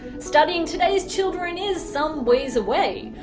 studying today's children is some ways away,